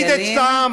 הוא מפריד את העם,